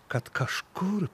kad kažkur